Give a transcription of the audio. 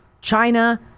China